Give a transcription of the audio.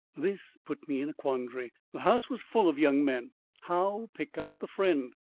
this put me in a quandary. the house was full of young men how pick out the friend?